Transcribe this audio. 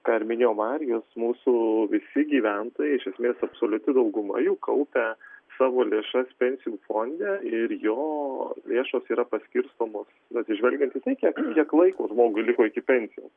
ką ir minėjo marijus mūsų visi gyventojai iš esmės absoliuti dauguma jų kaupia savo lėšas pensijų fonde ir jo lėšos yra paskirstomos atsižvelgiant į tai kiek kiek laiko žmogui liko iki pensijos